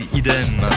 idem